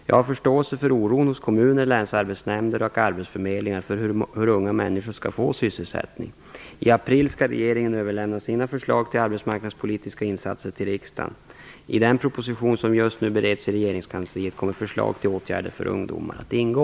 Jag har förståelse för oron hos kommuner, länsarbetsnämnder och arbetsförmedlingar för hur unga människor skall få sysselsättning. I april skall regeringen överlämna sina förslag till arbetsmarknadspolitiska insatser till riksdagen. I den proposition som just nu bereds i regeringskansliet kommer förslag till åtgärder för ungdomar att ingå.